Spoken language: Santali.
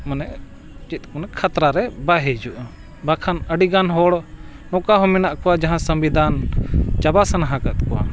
ᱢᱟᱱᱮ ᱪᱮᱫ ᱢᱟᱱᱮ ᱠᱷᱟᱛᱨᱟ ᱨᱮ ᱵᱟᱭ ᱦᱤᱡᱩᱜᱼᱟ ᱵᱟᱠᱷᱟᱱ ᱟᱹᱰᱤ ᱜᱟᱱ ᱦᱚᱲ ᱱᱚᱝᱠᱟ ᱦᱚᱸ ᱢᱮᱱᱟᱜ ᱠᱚᱣᱟ ᱡᱟᱦᱟᱸ ᱥᱚᱝᱵᱤᱫᱷᱟᱱ ᱪᱟᱵᱟ ᱥᱟᱱᱟ ᱟᱠᱟᱫ ᱠᱚᱣᱟ